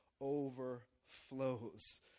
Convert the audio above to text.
overflows